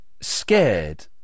scared